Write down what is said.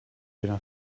going